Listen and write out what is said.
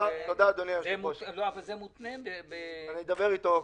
אנחנו נותנים מענה,